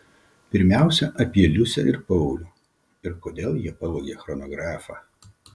pirmiausia apie liusę ir paulių ir kodėl jie pavogė chronografą